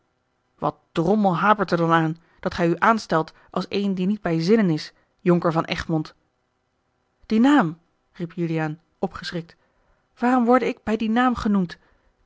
hapert er dan aan dat gij u aanstelt als een die niet bij zinnen is jonker van egmond dien naam riep juliaan opgeschrikt waarom worde ik bij dien naam genoemd